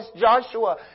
Joshua